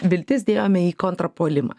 viltis dėjome į kontrpuolimą